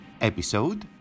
episode